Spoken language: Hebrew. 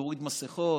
להוריד מסכות,